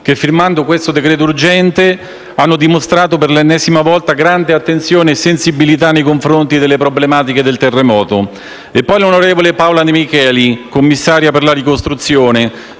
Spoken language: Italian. che, firmando questo decreto-legge, hanno dimostrato per l'ennesima volta grande attenzione e sensibilità nei confronti delle problematiche del terremoto. E, ancora, ringrazio l'onorevole Paola De Micheli, commissario per la ricostruzione,